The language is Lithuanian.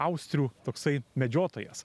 austrių toksai medžiotojas